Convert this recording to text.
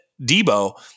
Debo